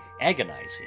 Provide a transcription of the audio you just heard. agonizing